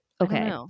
Okay